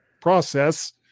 process